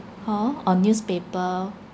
hor on newspaper